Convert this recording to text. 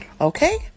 Okay